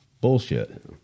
bullshit